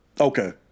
Okay